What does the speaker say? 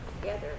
Together